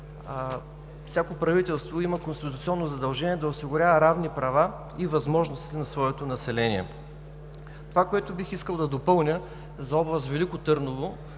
всяко правителство има конституционно задължение да осигурява равни права и възможности на своето население. Това, което бих искал да допълня за област Велико Търново,